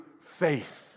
faith